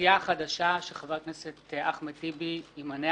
הסיעה החדשה שחבר הכנסת אחמד טיבי ימנה